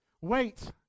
Wait